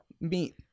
meet